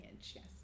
yes